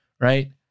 right